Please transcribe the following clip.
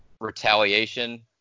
retaliation